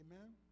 Amen